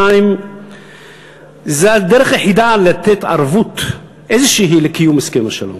2. זאת הדרך היחידה לתת ערבות איזושהי לקיום הסכם השלום.